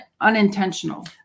unintentional